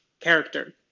character